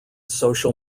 social